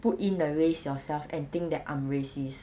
put in the race yourselves and think that I'm racist